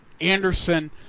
Anderson